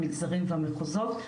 המגזרים והמחוזות.